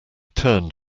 turned